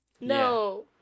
no